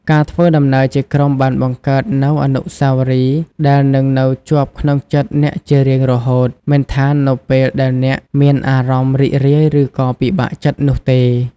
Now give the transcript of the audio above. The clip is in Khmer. ការធ្វើដំណើរជាក្រុមបានបង្កើតនូវអនុស្សាវរីយ៍ដែលនឹងនៅជាប់ក្នុងចិត្តអ្នកជារៀងរហូត មិនថានៅពេលដែលអ្នកមានអារម្មណ៍រីករាយឬក៏ពិបាកចិត្តនោះទេ។